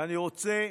ואני רוצה,